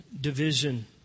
division